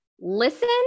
listen